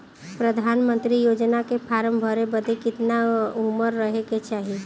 प्रधानमंत्री योजना के फॉर्म भरे बदे कितना उमर रहे के चाही?